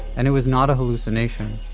and it was not a hallucination.